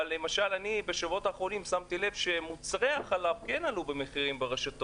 אבל בשבועות האחרונים שמתי לב שמחירי מוצרי החלב עלו ברשתות.